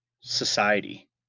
society